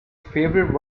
favourite